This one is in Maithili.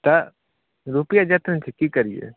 तऽ रुपये जेतै ने तऽ कि करियै